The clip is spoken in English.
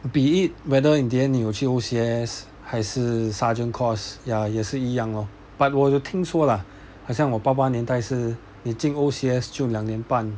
be it whether in the end 你有去 O_C_S 还是 sergeant course ya 也是一样咯 but 我有听说啦很像我爸爸年代是你进 O_C_S 就两年半